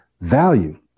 Value